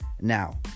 now